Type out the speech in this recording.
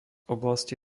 oblasti